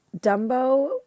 Dumbo